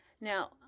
Now